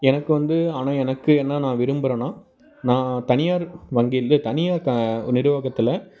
எனக்கு வந்து ஆனால் எனக்கு என்ன நான் விரும்புகிறேன்னா நான் தனியார் வங்கில் இது தனியார் த நிறுவகத்தில